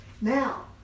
Now